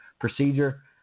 procedure